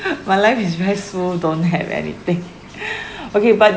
my life is very smooth don't have anything okay but